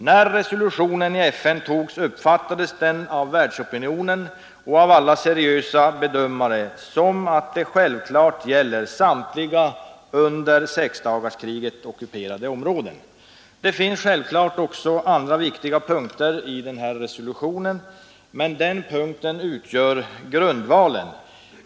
När resolutionen i FN togs uppfattades den av världsopinionen och av alla seriösa bedömare som att det självklart gällde samtliga under sexdagarskriget ockuperade områden. Det finns naturligtvis också andra viktiga punkter i denna resolution, men den punkten utgör grundvalen.